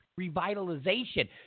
Revitalization